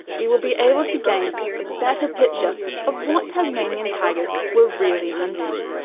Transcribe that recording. we will be able to gain a better picture of what tasmanian tigers were really hunting.